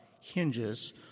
hinges